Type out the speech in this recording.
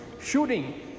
shooting